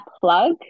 plug